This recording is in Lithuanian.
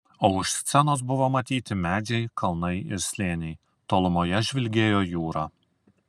o už scenos buvo matyti medžiai kalnai ir slėniai tolumoje žvilgėjo jūra